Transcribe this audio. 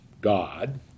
God